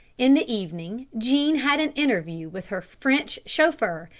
in the evening jean had an interview with her french chauffeur,